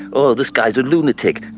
oh, this guy's a lunatic.